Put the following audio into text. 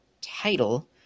title